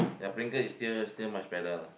ya pringle is still still much better lah